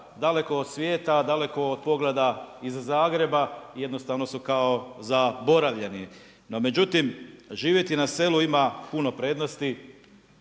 daleko od svijeta, daleko od pogleda iz Zagreba i jednostavno su kao zaboravljeni. No međutim živjeti na selu ima puno prednosti,